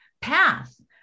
path